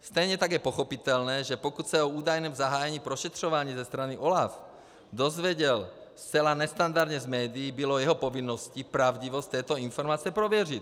Stejně tak je pochopitelné, že pokud se o údajném zahájení prošetřován ze strany OLAF dozvěděl zcela nestandardně z médií, bylo jeho povinností pravdivost této informace prověřit.